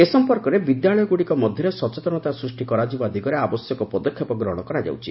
ଏ ସମ୍ପର୍କରେ ବିଦ୍ୟାଳୟଗୁଡ଼ିକ ମଧ୍ୟମରେ ସଚେତନତା ସୃଷ୍ଟି କରାଯିବା ଦିଗରେ ଆବଶ୍ୟକ ପଦକ୍ଷେପ ଗ୍ରହଣ କରାଯାଉଛି